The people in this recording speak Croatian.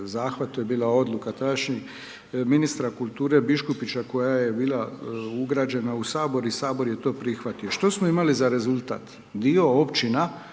zahvat, to je bila odluka tadašnjeg ministra kulture Biškupića koja je bila ugrađena u Sabor i Sabor je to prihvatio. Što smo imali za rezultat? Dio općina